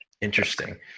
Interesting